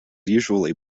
usually